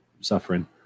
suffering